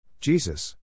Jesus